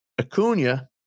Acuna